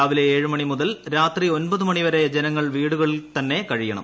രാവിലെ ഏഴു മണി മുതൽ രാത്രി ഒമ്പത് മണി വരെ ജനങ്ങൾ വീടുകളിൽ തന്നെ കഴിയണം